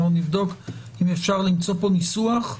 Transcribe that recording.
נבדוק אם אפשר למצוא פה ניסוח.